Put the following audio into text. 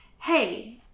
hey